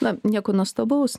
na nieko nuostabaus